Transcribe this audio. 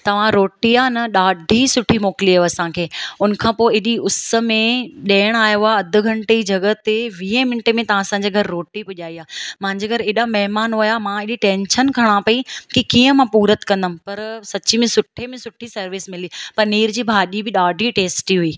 तव्हां रोटी आहे न ॾाढी सुठी मोकिली हुयव असांखे उनखां पोइ एॾी उस में ॾियण आयो आहे अधि घंटे जी जॻह ते वीह मिंटे में तव्हां असांजे घर रोटी पोहचाई आहे मुंहिंजे घर एॾा महिमान हुआ मां एॾी टैंशन खणा पई की कीअं मां पूरत कंदमि पर सची में सुठे में सुठी सर्विस मिली पनीर जी भाॼी बि ॾाढी टेस्टी हुई